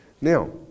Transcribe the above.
Now